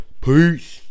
Peace